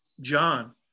John